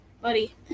buddy